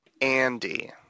Andy